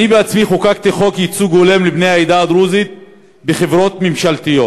אני עצמי חוקקתי חוק ייצוג הולם לבני העדה הדרוזית בחברות ממשלתיות.